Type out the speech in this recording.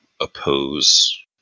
oppose